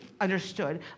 understood